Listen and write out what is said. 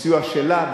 בסיוע שלה,